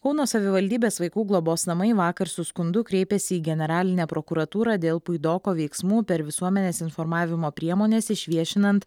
kauno savivaldybės vaikų globos namai vakar su skundu kreipėsi į generalinę prokuratūrą dėl puidoko veiksmų per visuomenės informavimo priemones išviešinant